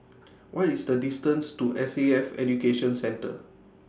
What IS The distance to S A F Education Centre